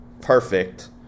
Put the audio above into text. perfect